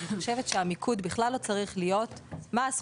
אני חושבת שהמיקוד לא צריך להיות על מהו